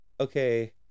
okay